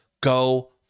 go